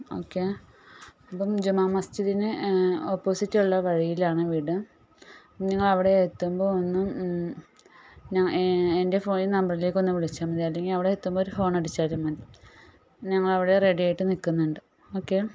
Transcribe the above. okay അപ്പം ജുമാ മസ്ജിദിന് ഓപ്പോസിറ്റുള്ള വഴിയിലാണ് വീട് നിങ്ങൾ അവിടെ എത്തുമ്പോൾ ഒന്ന് എൻ്റെ ഫോണിൽ നമ്പറിലേക്ക് ഒന്ന് വിളിച്ചാൽ മതി അല്ലെങ്കിൽ അവിടെ എത്തുമ്പോൾ ഒരു ഹോൺ അടിച്ചാലും മതി ഞങ്ങൾ അവിടെ റെഡിയായിട്ട് നിൽക്കുന്നുണ്ട് ഓക്കേ